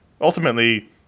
ultimately